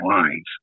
lines